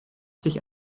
sich